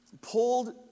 pulled